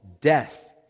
death